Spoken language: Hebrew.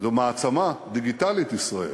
זו מעצמה דיגיטלית, ישראל.